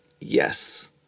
Yes